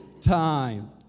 time